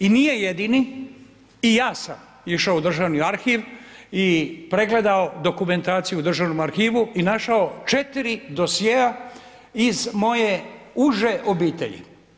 I nije jedini i ja sam išao u Državni arhiv i pregledao dokumentaciju u Državnom arhivu i našao 4 dosjea iz moje uže obitelji.